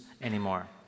anymore